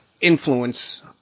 influence